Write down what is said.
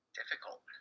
difficult